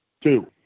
Two